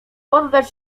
poddać